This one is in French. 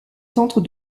centre